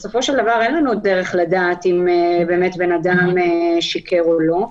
אבל בסופו של דבר אין לנו דרך לדעת אם בן אדם שיקר או לא,